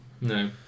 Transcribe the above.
no